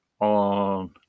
on